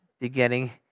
beginning